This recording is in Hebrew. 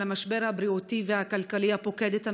המשבר הבריאותי והכלכלי הפוקד את המדינה,